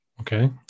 Okay